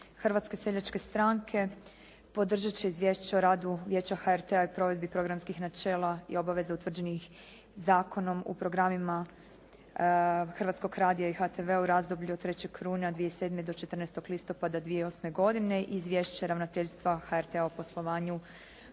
Hrvatske seljačke stranke podržat će Izvješće o radu Programskog vijeća HRT-a i provedbi programskih načela i obaveza utvrđenih zakonom u programima Hrvatskog radija i HTV-a u razdoblju od 3. rujna 2007. do 14. listopada 2008. godine i Izvješće Ravnateljstva HRT-a o poslovanju